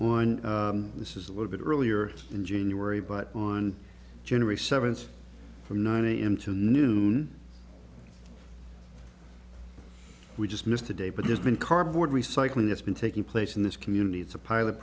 e this is a little bit earlier in january but on generous severance from nine a m to noon we just missed a day but there's been cardboard recycling that's been taking place in this community it's a pilot